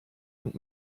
und